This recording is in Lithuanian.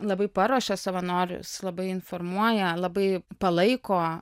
labai paruošia savanorius labai informuoja labai palaiko